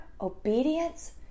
obedience